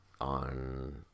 on